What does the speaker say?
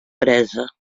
presa